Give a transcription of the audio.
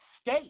state